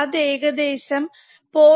അത് ഏകദേശം 0